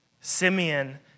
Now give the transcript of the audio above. Simeon